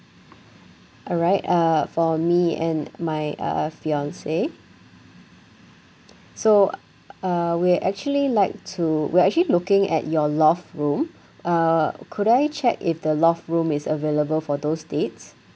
alright uh for me and my uh fiance so uh we're actually like to we're actually looking at your loft room uh could I check if the loft room is available for those dates